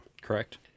Correct